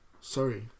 Sorry